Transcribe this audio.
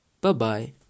Bye-bye